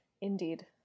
Indeed